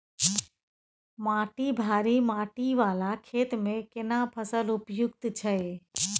माटी भारी माटी वाला खेत में केना फसल उपयुक्त छैय?